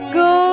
go